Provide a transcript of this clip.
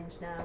now